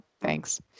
thanks